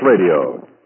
Radio